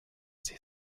sie